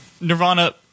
Nirvana